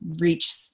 reach